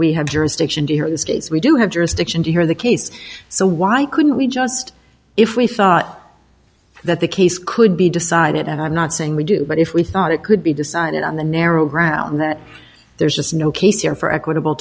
we have jurisdiction to hear this case we do have jurisdiction to hear the case so why couldn't we just if we thought that the case could be decided and i'm not saying we do but if we thought it could be decided on the narrow ground that there's just no case here for equitable